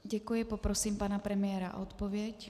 Děkuji, poprosím pana premiéra o odpověď.